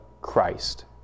Christ